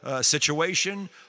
situation